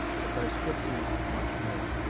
but thy scriptures much more.